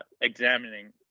examining